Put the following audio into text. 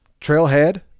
trailhead